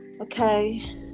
Okay